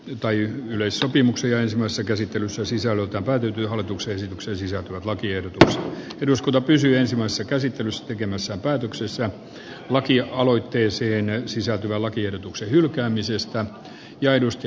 tai yleissopimukseen samassa käsittelyssä sisäänoton päätyyn hallituksen esitykseen sisältyvät lakiehdotus eduskunta pysyä samassa käsittelyssä tekemässä päätöksessä lakia aloitteeseen sisältyvän minä möhläsin oikein pahasti